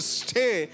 stay